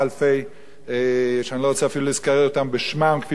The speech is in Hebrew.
אני לא רוצה אפילו להזכיר אותם בשמם כפי שהם קרויים בתורה,